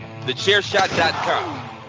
Thechairshot.com